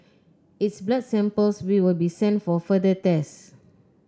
its blood samples will be sent for further tests